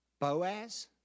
Boaz